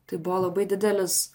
tai buvo labai didelis